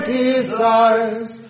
desires